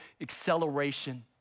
acceleration